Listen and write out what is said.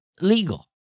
legal